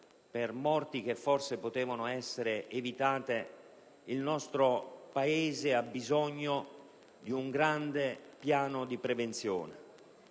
le morti che forse potevano essere evitate, il nostro Paese ha bisogno di un grande piano di prevenzione,